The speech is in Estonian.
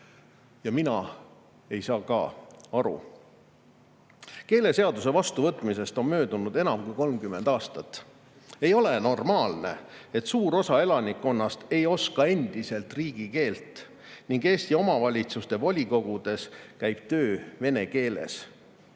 Ja mina ei saa ka aru. Keeleseaduse vastuvõtmisest on möödunud enam kui 30 aastat. Ei ole normaalne, et suur osa elanikkonnast ei oska endiselt riigikeelt ning Eesti omavalitsuste volikogudes käib töö vene keeles,